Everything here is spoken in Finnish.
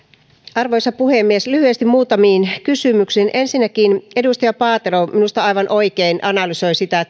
arvoisa puhemies lyhyesti muutamiin kysymyksiin ensinnäkin edustaja paatero minusta aivan oikein analysoi sitä